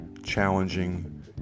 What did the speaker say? challenging